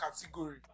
category